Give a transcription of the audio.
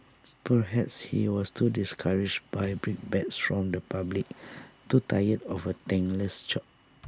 perhaps he was too discouraged by brickbats from the public too tired of A thankless job